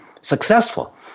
successful